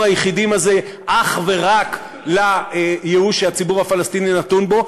היחידים הזה אך ורק לייאוש שהציבור הפלסטיני נתון בו,